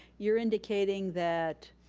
you're indicating that